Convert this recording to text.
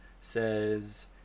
says